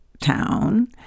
town